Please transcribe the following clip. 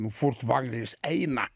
nu furtvagneris eina